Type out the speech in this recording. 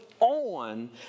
on